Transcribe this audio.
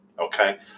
okay